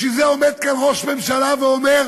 בשביל זה עומד כאן ראש ממשלה ואומר